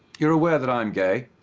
you're aware that i'm gay?